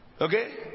Okay